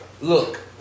Look